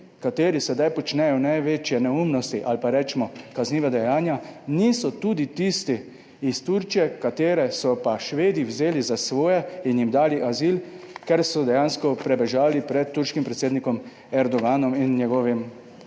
kateri sedaj počnejo največje neumnosti ali pa recimo kazniva dejanja, niso tudi tisti iz Turčije, katere so pa Švedi vzeli za svoje in jim dali azil, ker so dejansko prebežali pred turškim predsednikom Erdoganom in njegovim,